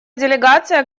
делегация